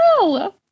No